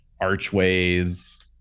archways